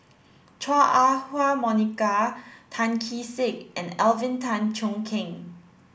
Chua Ah Huwa Monica Tan Kee Sek and Alvin Tan Cheong Kheng